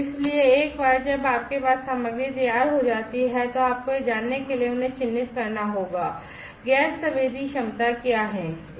इसलिए एक बार जब आपके पास सामग्री तैयार हो जाती है तो आपको यह जानने के लिए उन्हें चिह्नित करना होगा गैस संवेदी क्षमता क्या है